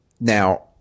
Now